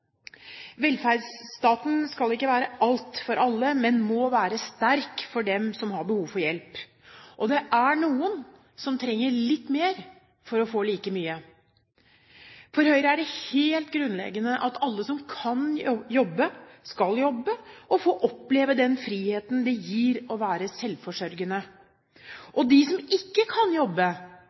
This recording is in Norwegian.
Velferdsstaten skal ikke være alt for alle, men må være sterk for dem som har behov for hjelp, og det er noen som trenger litt mer for å få like mye. For Høyre er det helt grunnleggende at alle som kan jobbe, skal jobbe, og få oppleve den friheten det gir å være selvforsørgende. Og de som ikke kan jobbe,